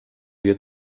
wir